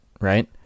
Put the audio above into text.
right